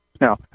now